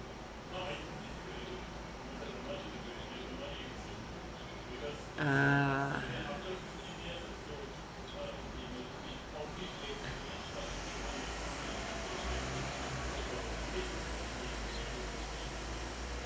uh